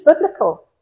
biblical